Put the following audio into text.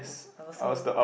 I also